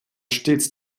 stets